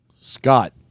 Scott